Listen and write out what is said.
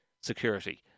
security